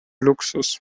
luxus